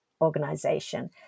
organization